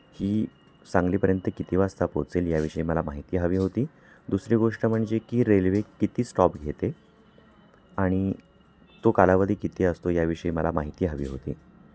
ही सांगलीपर्यंत किती वाजता पोचेल याविषयी मला माहिती हवी होती दुसरी गोष्ट म्हणजे की रेल्वे किती स्टॉप घेते आणि तो कालावधी किती असतो याविषयी मला माहिती हवी होती